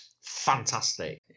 Fantastic